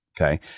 okay